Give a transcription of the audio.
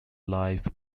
life